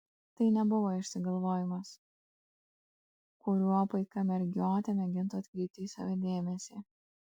tai nebuvo išsigalvojimas kuriuo paika mergiotė mėgintų atkreipti į save dėmesį